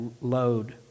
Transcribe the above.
load